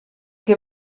que